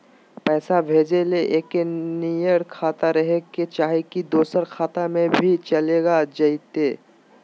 पैसा भेजे ले एके नियर खाता रहे के चाही की दोसर खाता में भी चलेगा जयते?